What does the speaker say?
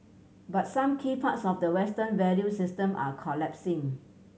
but some key parts of the Western value system are collapsing